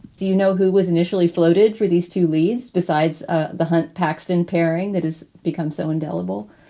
do you know who was initially floated for these two leads besides ah the hunt paxton pairing that has become so indelible?